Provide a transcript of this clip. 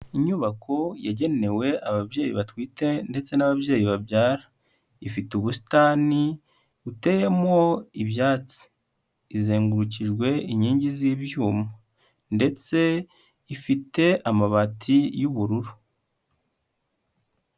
Inyubako yagenewe ababyeyi batwite ndetse n'ababyeyi babyara, ifite ubusitani buteyemo ibyatsi, izengurukijwe inkingi z'ibyuma ndetse ifite amabati y'ubururu.